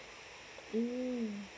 mm